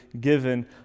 given